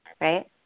right